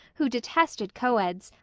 who detested coeds,